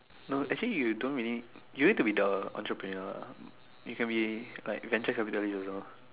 no actually you don't really you need to be the entrepreneur you can be like venture capitalist also